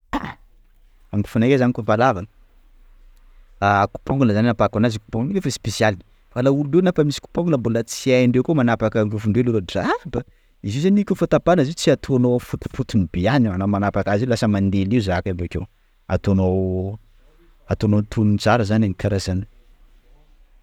Ah angofonakay zany kôfa lava, coupe ongle zany anapahako anazy, io coupe ongle io efa spéciale fa laolo reo na fa misy coupe ongle mbla tsy hain-dreo koa manapaka angofon-dreo leroa, draba an! _x000D_ Izy io zany kôfa tapahana izy io tsy ataonao amin'ny fotopotony be any io, anao manapaka azy io lasa mandeha lio zaka io bakeo. ataonao, ataonao antonony tsara zany e! kara zany.